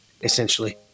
essentially